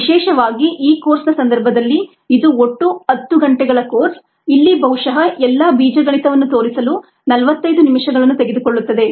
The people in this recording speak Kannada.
ವಿಶೇಷವಾಗಿ ಈ ಕೋರ್ಸ್ನ ಸಂದರ್ಭದಲ್ಲಿ ಇದು ಒಟ್ಟು 10 ಗಂಟೆಗಳ ಕೋರ್ಸ್ ಇಲ್ಲಿ ಬಹುಶಃ ಎಲ್ಲಾ ಬೀಜಗಣಿತವನ್ನು ತೋರಿಸಲು 45 ನಿಮಿಷಗಳನ್ನು ತೆಗೆದುಕೊಳ್ಳುತ್ತದೆ